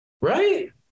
Right